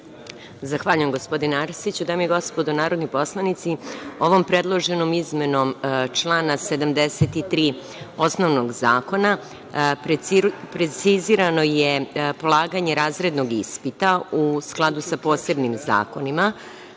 Zahvaljujem. Dame i gospodo narodni poslanici, ovom predloženom izmenom člana 73. osnovnog zakona precizirano je polaganje razrednog ispita u skladu sa posebnim zakonima,